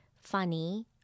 funny